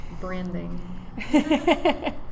Branding